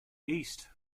east